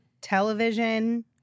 television